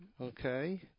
Okay